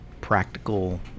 practical